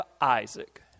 Isaac